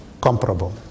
comparable